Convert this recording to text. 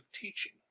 teaching